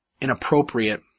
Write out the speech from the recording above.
inappropriate